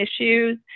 issues